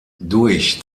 durch